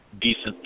decent